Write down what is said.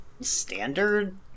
standard